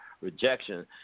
rejection